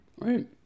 Right